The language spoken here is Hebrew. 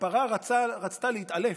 הפרה רצתה להתאלף.